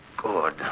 Good